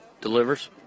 delivers